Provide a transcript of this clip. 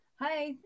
Hi